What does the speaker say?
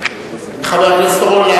חבר הכנסת אורון,